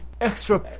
Extra